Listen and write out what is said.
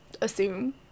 assume